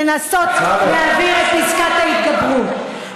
לנסות להעביר את פסקת ההתגברות,